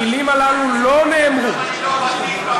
המילים הללו לא נאמרו אומנם אני לא ותיק במדינה,